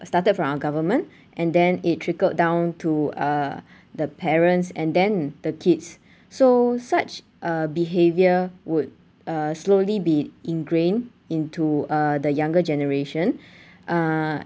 started from our government and then it trickled down to uh the parents and then the kids so such uh behaviour would uh slowly be ingrained into uh the younger generation uh